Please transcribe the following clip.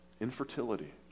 Infertility